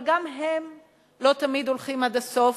אבל גם הם לא תמיד הולכים עד הסוף,